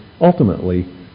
ultimately